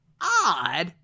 odd